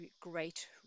great